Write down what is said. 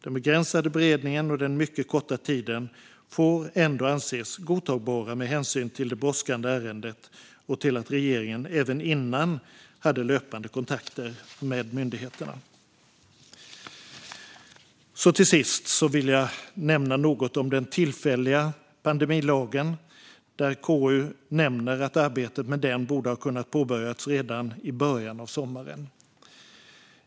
Den begränsade beredningen och den mycket korta tiden får ändå anses godtagbart med hänsyn till det brådskande ärendet och till att regeringen även innan detta hade löpande kontakter med myndigheterna. Till sist vill jag nämna något om den tillfälliga pandemilagen. KU nämner att arbetet med den borde ha kunnat påbörjas redan i början av sommaren.